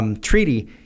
treaty